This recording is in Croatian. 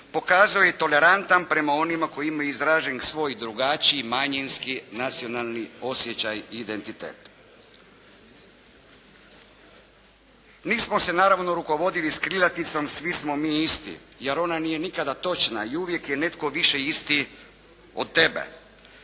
pokazuje i tolerantan prema onima koji imaju izražen svoj drugačiji manjinski nacionalni osjećaj i identitet. Nismo se naravno rukovodili s krilaticom "svi smo mi isti" jer ona nije nikada točna i uvijek je netko više isti od tebe